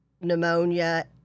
pneumonia